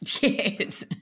Yes